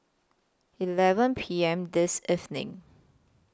eleven P M This evening